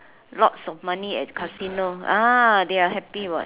lots of money at casino ah they are happy [what]